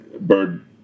Bird